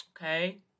Okay